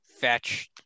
fetch